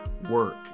work